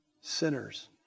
sinners